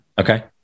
Okay